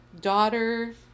daughter